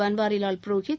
Banwarilal Purohit